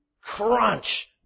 crunch